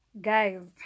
Guys